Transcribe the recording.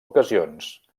ocasions